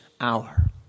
hour